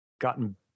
gotten